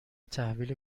تحویل